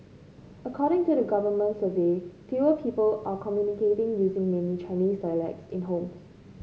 according to a government survey fewer people are communicating using mainly Chinese dialects in homes